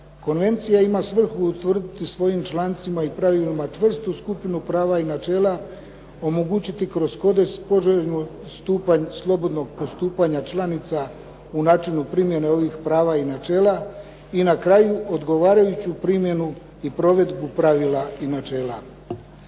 Konvencija ima svrhu utvrditi svojim člancima i pravilima čvrstu skupinu prava i načela, omogućiti kroz kodeks poželjni stupanj slobodnog postupanja članica u načinu primjene ovih prava i načela. I na kraju odgovarajuću primjenu i provedbu pravila i načela.